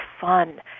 fun